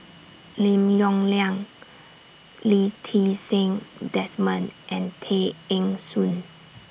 Lim Yong Liang Lee Ti Seng Desmond and Tay Eng Soon